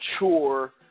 mature